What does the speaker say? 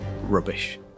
Rubbish